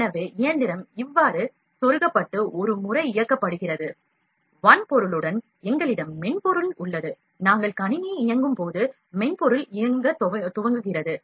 எனவே இயந்திரம் இவ்வாறு சொருகப்பட்டு ஒரு முறை இயக்கப்படுகிறது வன்பொருளுடன் எங்களிடம் மென்பொருள் உள்ளது நாங்கள் கணினியில் இயங்கும்போது மென்பொருள் இயங்க துவங்குகிறது